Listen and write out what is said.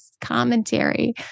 commentary